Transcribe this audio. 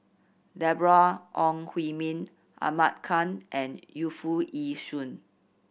Deborah Ong Hui Min Ahmad Khan and Yu Foo Yee Shoon